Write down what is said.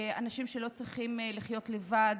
לא צריכים לחיות לבד,